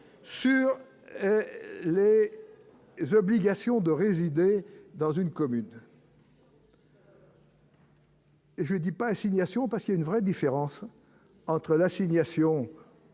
sur l'est, obligation de résider dans une commune. Je dis pas assignation parce une vraie différence entre l'assignation